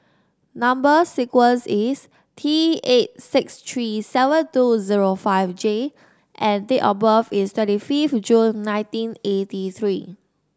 number sequence is T eight six three seven two zero five J and date of birth is twenty fifth June nineteen eighty three